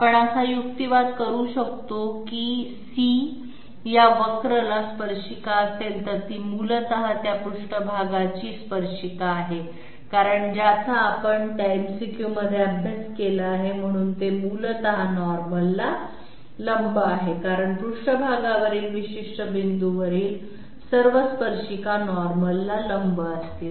आपण असा युक्तिवाद करू शकतो की जर c या वक्रला स्पर्शिका असेल तर ती मूलत त्या पृष्ठभागाची स्पर्शिका आहे ज्याचा आपण त्या MCQ मध्ये अभ्यास केला आहे म्हणून ते मूलत नॉर्मलला लंब आहे कारण पृष्ठभागावरील विशिष्ट बिंदूवरील सर्व स्पर्शिका नॉर्मलला लंब असतील